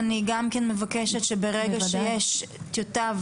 אני גם כן מבקשת שברגע שיש טיוטה,